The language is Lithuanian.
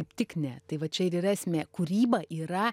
kaip tik ne tai va čia ir yra esmė kūryba yra